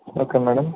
okay madam